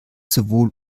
sowohl